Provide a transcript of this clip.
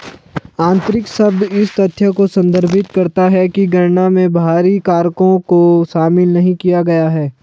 आंतरिक शब्द इस तथ्य को संदर्भित करता है कि गणना में बाहरी कारकों को शामिल नहीं किया गया है